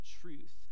truth